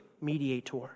mediator